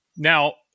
Now